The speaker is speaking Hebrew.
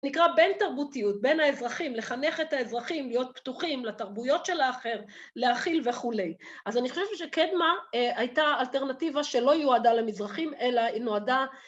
נקרא בין תרבותיות, בין האזרחים, לחנך את האזרחים, להיות פתוחים לתרבויות של האחר, להכיל וכולי. אז אני חושבת שקדמה הייתה אלטרנטיבה שלא יועדה למזרחים, אלא היא נועדה